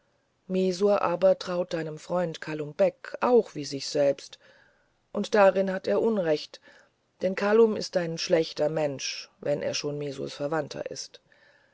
messour aber traut deinem freund kalum beck auch wie sich selbst und darin hat er unrecht denn kalum ist ein schlechter mensch wenn er schon messours verwandter ist